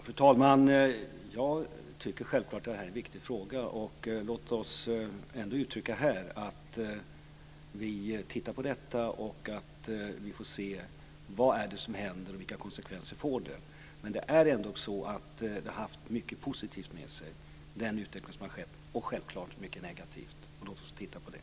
Fru talman! Jag tycker självklart att detta är en viktig fråga. Låt oss ändå uttrycka att vi tittar på detta och att vi får se vad som händer och vilka konsekvenser det får. Den utveckling som har skett har haft mycket positivt med sig och självklart också mycket negativt. Låt oss titta på det.